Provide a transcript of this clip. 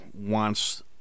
wants